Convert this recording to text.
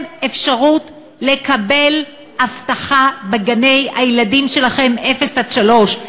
אפשרות לקבל אבטחה בגני-הילדים שלכם לילדים מגיל אפס עד שלוש.